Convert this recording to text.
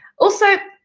also,